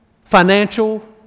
financial